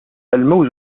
الموز